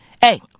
Hey